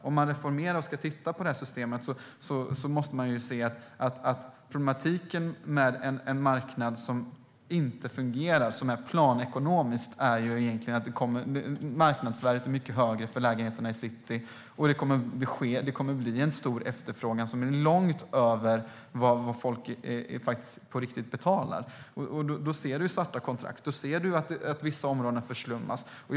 Om man reformerar och ska titta på det här systemet måste man se att problematiken med en marknad som inte fungerar, som är planekonomisk, egentligen är att marknadsvärdet är mycket högre för lägenheterna i city och att det kommer att bli en stor efterfrågan som är långt över vad folk betalar på riktigt. Då ser du svarta kontrakt. Då ser du att vissa områden förslummas.